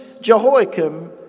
Jehoiakim